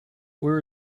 where